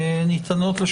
נכון שיש